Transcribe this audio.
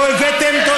לא הבאתם,